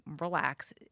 relax